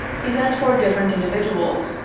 he sent for different individuals,